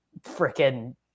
freaking